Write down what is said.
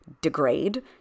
degrade